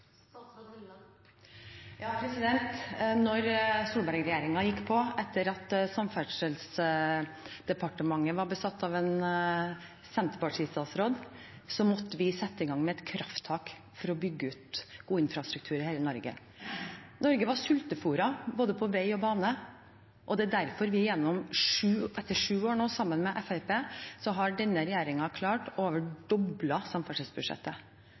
gikk på, etter at Samferdselsdepartementet hadde vært besittet av en senterpartistatsråd, måtte vi sette i gang med et krafttak for å bygge ut god infrastruktur i hele Norge. Norge var sultefôret på både vei og bane. Det er derfor denne regjeringen, sammen med Fremskrittspartiet, etter sju år nå